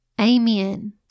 amen